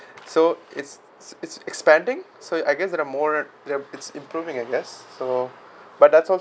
so it's it's it's expanding so I guess there are more they're it's it's improving I guess so but that's also